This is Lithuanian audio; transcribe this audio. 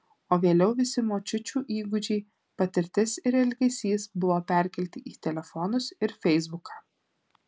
o vėliau visi močiučių įgūdžiai patirtis ir elgesys buvo perkelti į telefonus ir feisbuką